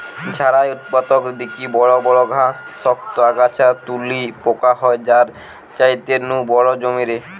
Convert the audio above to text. ঝাড়াই উৎপাটক দিকি বড় বড় ঘাস, শক্ত আগাছা তুলি পোকা হয় তার ছাইতে নু বড় জমিরে